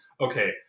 okay